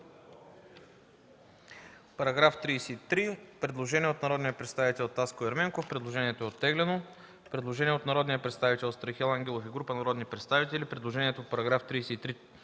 По § 33 има предложение от народния представител Таско Ерменков. Предложението е оттеглено. Има предложение от народния представител Страхил Ангелов и група народни представители: предложението в § 33,